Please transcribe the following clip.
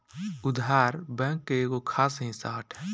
उधार, बैंक के एगो खास हिस्सा हटे